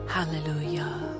Hallelujah